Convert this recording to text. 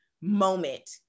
moment